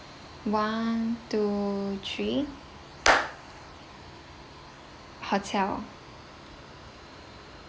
one two three hotel